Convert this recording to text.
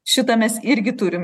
šitą mes irgi turim